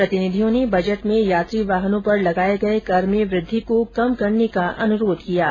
प्रतिनिधियों ने बजट में यात्री वाहनों पर लगाए गए कर में वृद्धि को कम करने का अनुरोध किया है